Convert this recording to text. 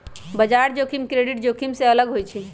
बजार जोखिम क्रेडिट जोखिम से अलग होइ छइ